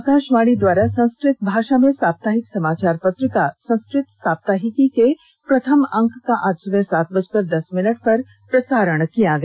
आकाषवाणी द्वारा संस्कृत भाषा में सप्ताहिक समाचार पत्रिका संस्कृत सप्ताहिकी के प्रथम अंक का आज सुबह सात बजकर देस मिनट पर प्रसारण किया गया